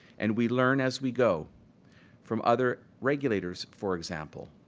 and we learn as we go from other regulators for example,